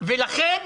לכן